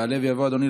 יעלה ויבוא אדוני.